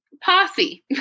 posse